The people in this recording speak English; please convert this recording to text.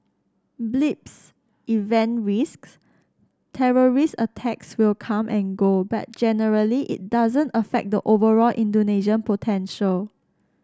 blips event risks terrorist attacks will come and go but generally it doesn't affect the overall Indonesian potential